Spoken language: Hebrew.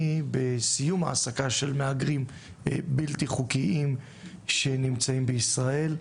בסיום העסקה של מהגרים בלתי חוקיים שנמצאים בישראל,